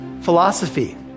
philosophy